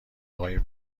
آقای